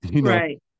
Right